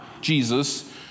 Jesus